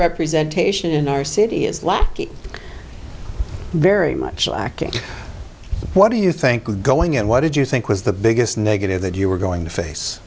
representation in our city is lacking very much lacking what do you think was going and what did you think was the biggest negative that you were going to face